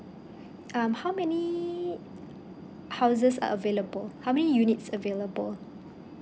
um how many houses are available how many units available